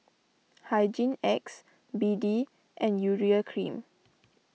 Hygin X B D and Urea Cream